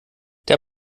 der